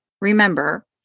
remember